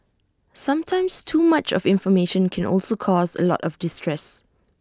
sometimes too much of information can also cause A lot of distress